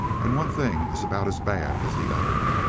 and one thing is about as bad as the other.